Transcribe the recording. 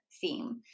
theme